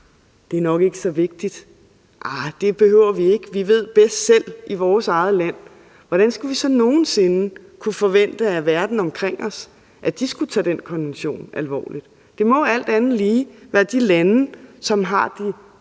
det er nok ikke så vigtigt, og ah, det behøver vi ikke, for vi ved bedst selv i vores eget land, hvordan skulle vi så nogen sinde kunne forvente af verden omkring os, at de skulle tage den konvention alvorligt? Det må alt andet lige være de lande, som har de